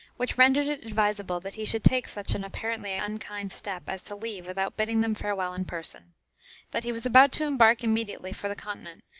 which rendered it advisable that he should take such an apparently unkind step as to leave without bidding them farewell in person that he was about to embark immediately for the continent,